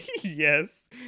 Yes